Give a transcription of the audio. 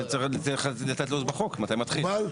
צריך להיות כתוב בחוק מתי מתחילים.